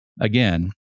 again